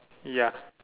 ya